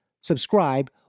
subscribe